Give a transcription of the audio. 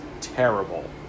terrible